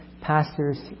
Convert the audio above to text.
pastors